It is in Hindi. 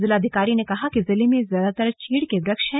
जिलाधिकारी ने कहा कि जनपद में ज्यादातर चीड़ के वृक्ष हैं